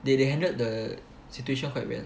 they they handled the situation quite well